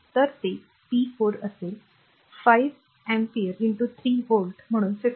तर ते p 4 असेल 5 अँपिअर 3 व्होल्ट म्हणून 15 वॅट